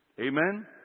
Amen